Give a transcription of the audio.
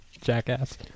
jackass